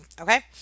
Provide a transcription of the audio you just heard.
Okay